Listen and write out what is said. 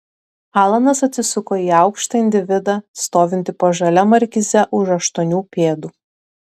alanas atsisuko į aukštą individą stovintį po žalia markize už aštuonių pėdų